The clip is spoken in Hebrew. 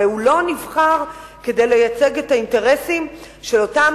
הרי הוא לא נבחר כדי לייצג את האינטרסים של אותם